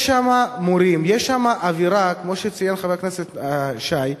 יש שם מורים, יש אווירה, כמו שציין חבר הכנסת שי.